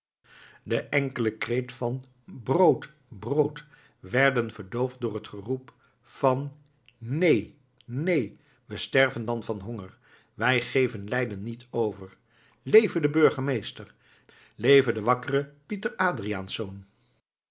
de enkele kreten van brood brood werden verdoofd door het geroep van neen neen we sterven dan van honger wij geven leiden niet over